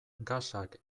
gasak